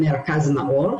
לגמילה.